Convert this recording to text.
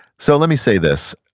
so let me say this,